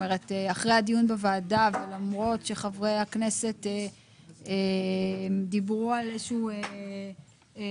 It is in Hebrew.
אחרי הדיון בוועדה ולמרות שחברי הכנסת דיברו על מתווה